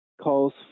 calls